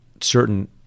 certain